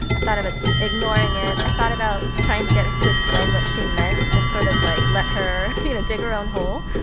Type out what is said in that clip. i thought about just ignoring it. i thought about trying to get her to explain what she meant just sort of, like, let her, you know, dig her own hole.